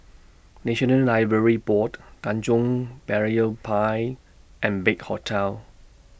National Library Board Tanjong Berlayer Pier and Big Hotel